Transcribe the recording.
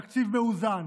תקציב מאוזן,